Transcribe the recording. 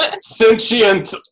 sentient